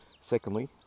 Secondly